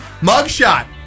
mugshot